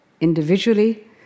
Individually